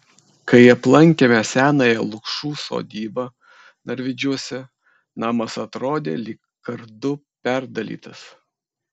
kai aplankėme senąją lukšų sodybą narvydžiuose namas atrodė lyg kardu perdalytas